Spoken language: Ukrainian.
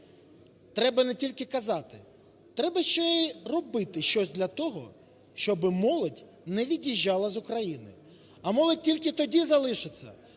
Треба не тільки казати. Треба ще й робити щось для того, щоби молодь не від'їжджала з України. А молодь тільки тоді залишиться,